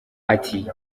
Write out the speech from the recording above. ati